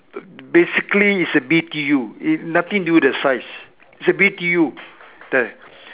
basically is the B_T_U it nothing to do with the size is the B_T_U the